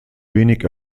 wenig